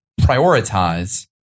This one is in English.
prioritize